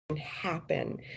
happen